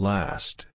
Last